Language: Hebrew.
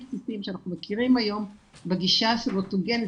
בסיסיים שאנחנו מכירים היום בגישה אוטוגני,